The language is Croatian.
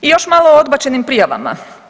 I još malo o odbačenim prijavama.